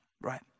right